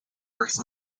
works